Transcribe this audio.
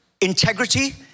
Integrity